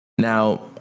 Now